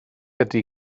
ydy